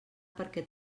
perquè